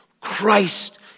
Christ